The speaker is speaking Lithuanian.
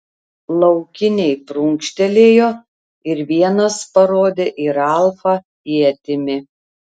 laukiniai prunkštelėjo ir vienas parodė į ralfą ietimi